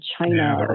China